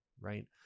right